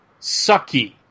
sucky